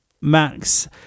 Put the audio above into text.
max